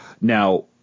Now